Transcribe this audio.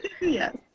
Yes